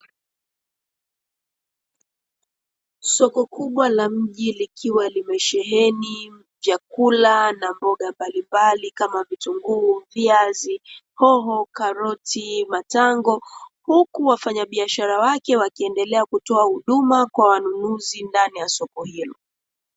Soko kubwa la mji likiwa limesheheni vyakula na mboga mbalimbali kama vitunguu, viazi, hoho, karoti, matango, Huku wafanya biashara wake wakiendelea kutoa huduma kwa wanunuzi ndani soko hilo.